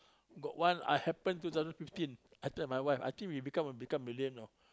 got one I happen two thousand fifteen I tell my wife I think we become become million know